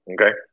Okay